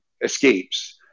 escapes